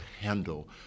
handle